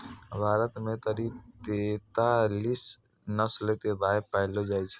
भारत मॅ करीब तेतालीस नस्ल के गाय पैलो जाय छै